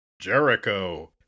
Jericho